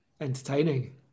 Entertaining